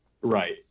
Right